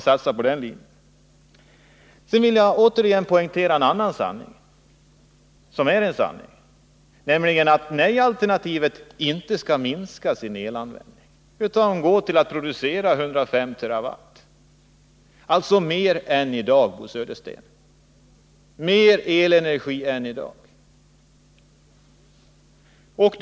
Sedan vill jag återigen poängtera en annan sanning, som verkligen är en sanning. Enligt nej-alternativet skall elanvändningen inte minska. Produktionen skall vara 105 TWh. Det blir alltså en större elkraftproduktion än i dag, Bo Södersten.